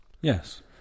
Yes